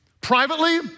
privately